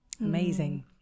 Amazing